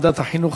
לוועדת החינוך,